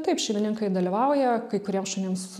taip šeimininkai dalyvauja kai kuriems šunims